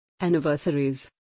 anniversaries